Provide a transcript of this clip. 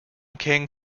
king